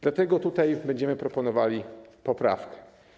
Dlatego tutaj będziemy proponowali poprawkę.